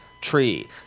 tree